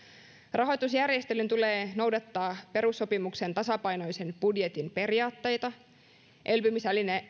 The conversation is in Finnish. rahoitusjärjestelyn tulee noudattaa perussopimuksen tasapainoisen budjetin periaatteita elpymisvälineen